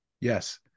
Yes